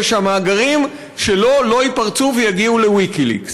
שהמאגרים שלו לא ייפרצו ויגיעו ל"ויקיליקס".